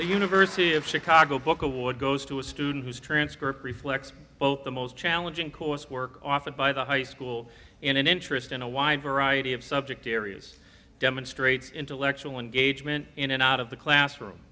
the university of chicago book award goes to a student whose transcript reflects the most challenging coursework offered by the high school in an interest in a wide variety of subject areas demonstrates intellectual engagement in and out of the classroom